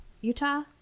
Utah